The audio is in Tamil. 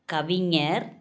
கவிஞர்